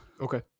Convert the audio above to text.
Okay